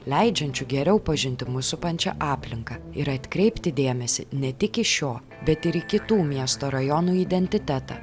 leidžiančių geriau pažinti mus supančią aplinką ir atkreipti dėmesį ne tik į šio bet ir į kitų miesto rajonų identitetą